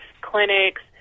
clinics